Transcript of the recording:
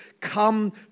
come